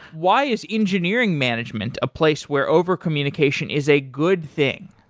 why is engineering management a place where over-communication is a good thing?